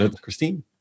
Christine